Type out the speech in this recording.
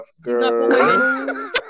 girl